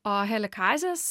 o helikazės